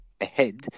ahead